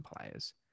players